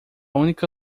única